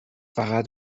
فقط